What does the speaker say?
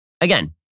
Again